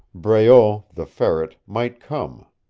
breault, the ferret, might come.